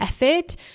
effort